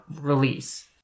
release